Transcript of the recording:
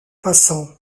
passants